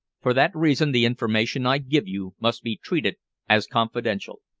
for that reason the information i give you must be treated as confidential.